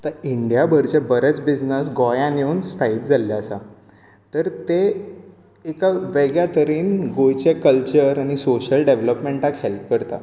इंडियभरचें बरेंच बिजनेस गोंयांत येवन स्थायीत जाल्लें आसा तर तें एका वेगळ्या तरेन गोंयचें कल्चर आनी सोशियल डेवेलोपमेंटाक हेल्प करता